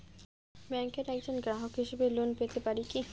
ব্যাংকের একজন গ্রাহক হিসাবে লোন পেতে পারি কি?